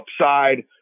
upside